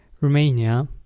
Romania